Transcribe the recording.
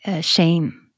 shame